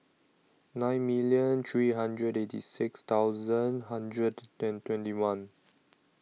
nine million three hundred eighty six thousand hundred twenty one